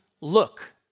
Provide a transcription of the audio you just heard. look